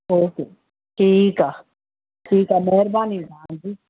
okay ठीकु आहे ठीकु आहे महिरबानी तव्हांजी